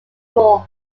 moore